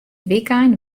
wykein